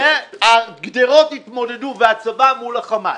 שהגדרות יתמודדו והצבא מול החמאס.